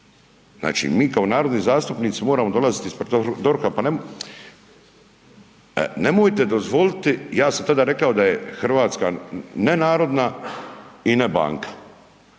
mi kao narodni zastupnici moramo dolaziti ispred DORH-a. Pa nemojte dozvoliti, ja sam tada rekao da je Hrvatska nenarodna i ne banka,